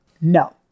No